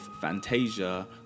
Fantasia